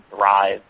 thrive